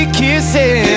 kissing